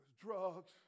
drugs